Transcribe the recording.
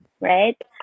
right